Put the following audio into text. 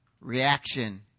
reaction